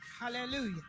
Hallelujah